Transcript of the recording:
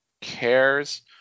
cares